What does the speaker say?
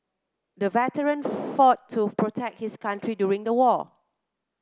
the veteran fought to protect his country during the war